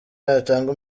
yatanga